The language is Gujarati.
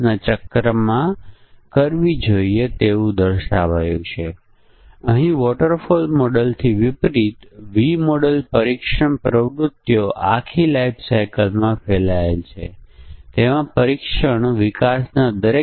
અને જો a બરાબર b છે b બરાબર c છે અને a એ c ને સમાન છે આ બધા સાચું છે તો આપણે લખીશું કે તે સમકક્ષ ત્રિકોણ છે